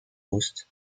faust